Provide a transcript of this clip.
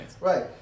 Right